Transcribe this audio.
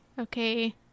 okay